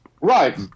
right